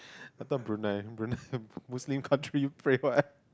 I thought Brunei Brunei muslim country you pray what